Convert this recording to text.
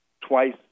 twice